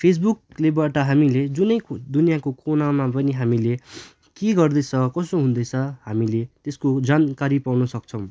फेसबुकलेबाट हामीले जुनै दुनियाँको कुनामा पनि हामीले के गर्दैछ कसो हुँदैछ हामीले त्यस्को जानकारी पाउँन सक्छौँ